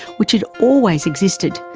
which had always existed,